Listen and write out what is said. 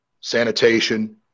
sanitation